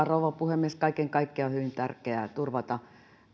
rouva puhemies kaiken kaikkiaan on hyvin tärkeää turvata